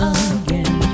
again